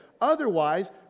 Otherwise